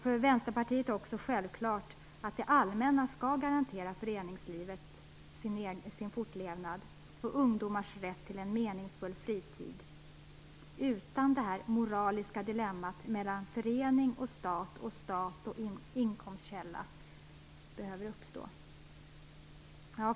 För Vänsterpartiet är det också självklart att det allmänna skall garantera föreningslivets fortlevnad och ungdomars rätt till en meningsfull fritid utan att det moraliska dilemmat mellan förening och stat och stat och inkomstkälla behöver uppstå. Fru talman!